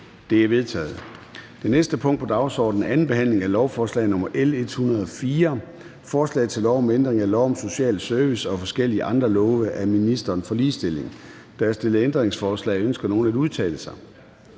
Det er vedtaget. --- Det næste punkt på dagsordenen er: 8) 2. behandling af lovforslag nr. L 104: Forslag til lov om ændring af lov om social service og forskellige andre love. (Ligestilling af krisecentertilbud til